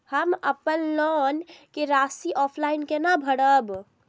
हम अपन लोन के राशि ऑफलाइन केना भरब?